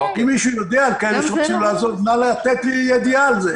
אם מישהו יודע על כאלה שרוצים לעזוב נא לתת לי ידיעה על זה.